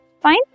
Fine